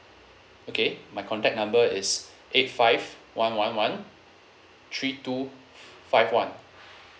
okay my contact number is eight five one one one three two five one